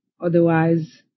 Otherwise